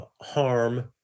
harm